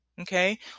okay